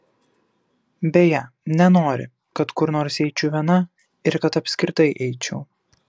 beje nenori kad kur nors eičiau viena ir kad apskritai eičiau